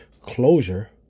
Closure